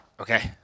Okay